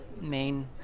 main